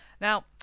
Now